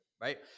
right